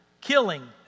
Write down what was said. killing